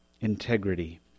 integrity